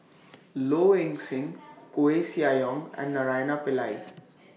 Low Ing Sing Koeh Sia Yong and Naraina Pillai